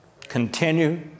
Continue